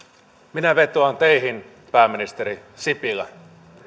minä vetoan teihin pääministeri sipilä